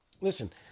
Listen